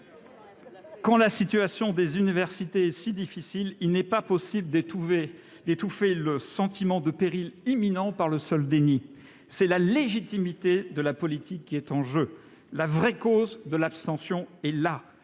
Quand la situation des universités est si difficile, il n'est pas possible d'étouffer le sentiment de péril imminent par le seul déni. C'est la légitimité de la politique qui est en jeu. La véritable cause de l'abstention est là,